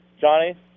Johnny